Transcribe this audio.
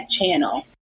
channel